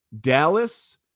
dallas